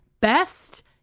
best